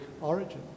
origin